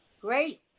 Great